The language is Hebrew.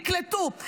תקלטו.